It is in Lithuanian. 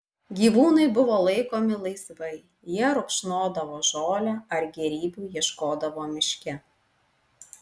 gyvūnai buvo laikomi laisvai jie rupšnodavo žolę ar gėrybių ieškodavo miške